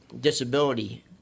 disability